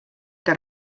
que